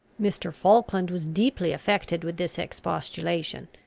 mr falkland was deeply affected with this expostulation.